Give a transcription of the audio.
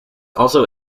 also